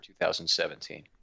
2017